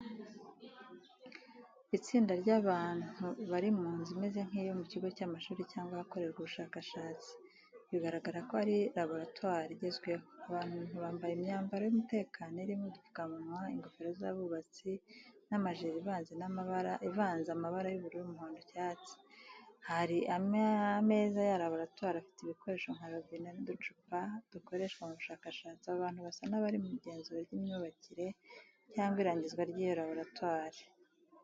Itsinda ry’abantu bari mu nzu imeze nk’iyo mu kigo cy’amashuri cyangwa ahakorerwa ubushakashatsi, bigaragara ko ari laboratwari igezweho. Abo bantu bambaye imyambaro y’umutekano irimo udupfukamunwa, ingofero z’abubatsi, n’amajire ivanze amabara y’ubururu, umuhondo n’icyatsi. Hari ameza ya laboratwari afite ibikoresho nka robine n’uducupa dukoreshwa mu bushakashatsi. Abo bantu basa n’abari mu igenzura ry’imyubakire cyangwa irangizwa ry’iyo laboratwari.